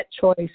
choice